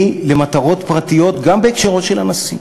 למטרות פרטיות גם בהקשרו של הנשיא.